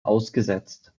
ausgesetzt